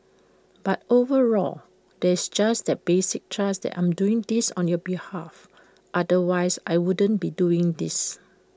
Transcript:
but overall there's that basic trust that I'm doing this on your behalf otherwise I wouldn't be doing this